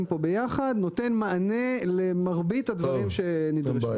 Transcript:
פה ביחד נותן מענה למרבית הדברים שנדרשו.